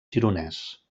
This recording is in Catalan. gironès